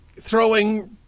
throwing